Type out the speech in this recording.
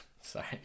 Sorry